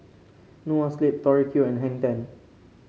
Noa Sleep Tori Q and Hang Ten